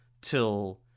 till